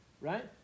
Right